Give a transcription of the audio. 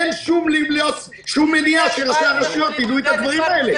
אין שום מניעה שראשי הרשויות יידעו את הדברים האלה.